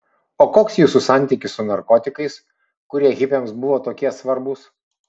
o koks jūsų santykis su narkotikais kurie hipiams buvo tokie svarbūs